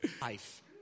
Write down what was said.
Life